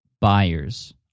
buyers